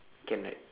can right